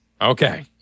Okay